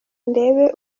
ndebe